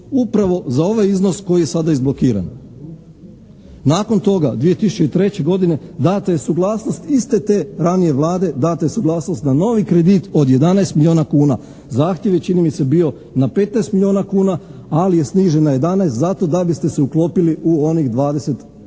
upravo za ovaj iznos koji je sada izblokiran. Nakon toga, 2003. godine data je suglasnost iste te ranije Vlade, data je suglasnost na novi kredit od 11 milijuna kuna. Zahtjev je čini mi se bio na 15 milijuna kuna, ali je snižen na 11 zato da biste se uklopili u onih 20%